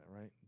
right